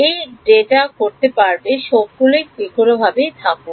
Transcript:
এই ডেটা করতে পারবে সমস্ত গুলো যেকোন ভাবেই থাকুক